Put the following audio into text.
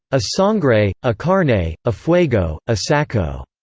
a sangre, a carne, a a fuego, a sacco!